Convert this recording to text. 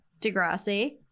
Degrassi